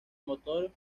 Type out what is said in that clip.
motor